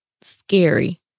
scary